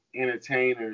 entertainers